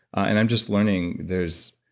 and i am just learning there's